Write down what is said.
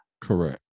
Correct